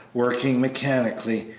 working mechanically,